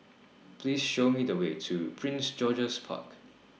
Please Show Me The Way to Prince George's Park